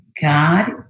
God